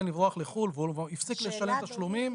לברוח לחו"ל והוא הפסיק לשלם תשלומים,